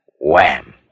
wham